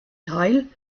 teil